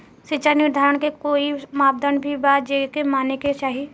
सिचाई निर्धारण के कोई मापदंड भी बा जे माने के चाही?